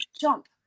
jump